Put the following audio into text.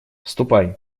ступай